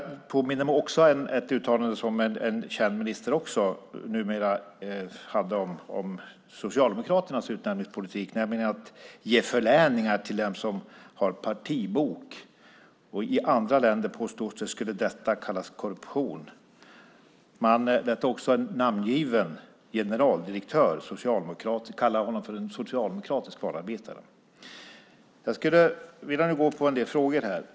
Jag påminner mig också ett uttalande som en numera känd minister hade om Socialdemokraternas utnämningspolitik, nämligen om att ge förläningar till dem som har partibok. I andra länder skulle detta, påstods det, kallas för korruption. En namngiven generaldirektör, socialdemokrat, kallades för socialdemokratisk valarbetare. Jag skulle vilja ställa en del frågor här.